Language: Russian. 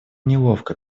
неловко